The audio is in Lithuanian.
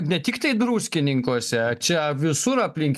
ne tiktai druskininkuose čia visur aplink